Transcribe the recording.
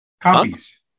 Copies